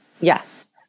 Yes